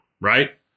right